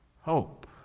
hope